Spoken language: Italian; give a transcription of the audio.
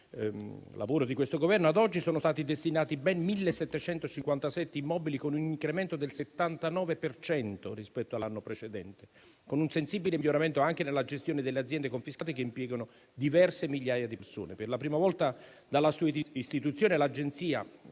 lavoro dell'attuale Governo - a oggi sono stati destinati ben 1.757 immobili, con un incremento del 79 per cento rispetto all'anno precedente, con un sensibile miglioramento anche nella gestione delle aziende confiscate che impiegano diverse migliaia di persone. Per la prima volta dalla sua istituzione l'Agenzia